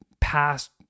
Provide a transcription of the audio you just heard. past